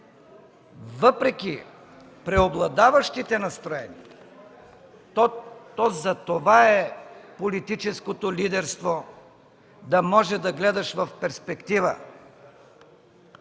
въпреки преобладаващите настроения, то затова е политическото лидерство, да може да гледаш в перспектива,